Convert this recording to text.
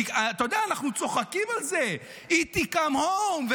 אתה יודע, אנחנו צוחקים על זה: ET come home.